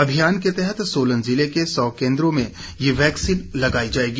अभियान के तहत सोलन जिले के सौ केन्द्रों में ये वैक्सीन लगाई जाएगी